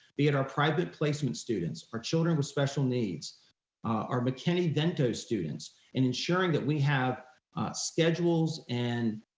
be it our private placement students or children with special needs are mckinney-vento students in ensuring that we have schedules and